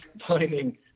Finding